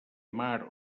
mar